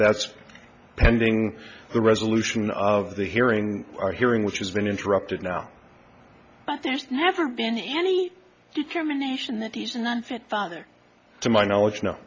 that's pending the resolution of the hearing or hearing which has been interrupted now but there's never been any determination that he's an unfit father to my knowledge no